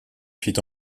fit